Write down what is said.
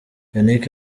yannick